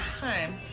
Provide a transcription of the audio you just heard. time